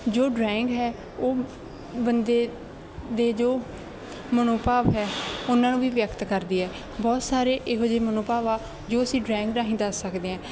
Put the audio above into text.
ਜੋ ਡਰਾਇੰਗ ਹੈ ਉਹ ਬੰਦੇ ਦੇ ਜੋ ਮਨੋਭਾਵ ਹੈ ਉਹਨਾਂ ਨੂੰ ਵੀ ਵਿਅਕਤ ਕਰਦੀ ਹੈ ਬਹੁਤ ਸਾਰੇ ਇਹੋ ਜਿਹੇ ਮਨੋਭਾਵ ਆ ਜੋ ਅਸੀਂ ਡਰੈਗ ਰਾਹੀਂ ਦੱਸ ਸਕਦੇ ਹਾਂ